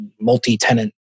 multi-tenant